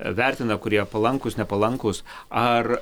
vertina kurie palankūs nepalankūs ar